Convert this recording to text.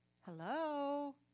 Hello